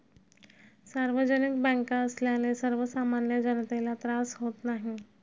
सार्वजनिक बँका असल्याने सर्वसामान्य जनतेला त्रास होत नाही